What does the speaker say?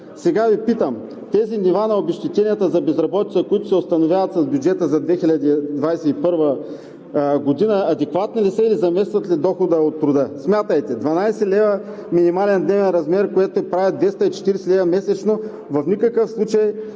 Сега Ви питам: тези нива на обезщетенията за безработица, които се установяват с бюджета за 2021 г. адекватни ли са и заместват ли дохода от труда? Смятайте – 12 лв. минимален дневен размер, което прави 240 лв. месечно, в никакъв случай не